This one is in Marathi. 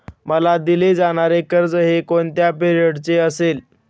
मला दिले जाणारे कर्ज हे कोणत्या पिरियडचे असेल?